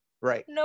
Right